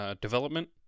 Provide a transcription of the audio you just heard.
development